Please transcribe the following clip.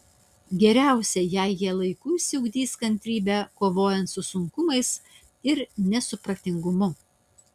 geriausia jei jie laiku išsiugdys kantrybę kovojant su sunkumais ir nesupratingumu